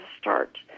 start